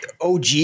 OG